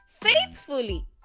faithfully